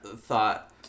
thought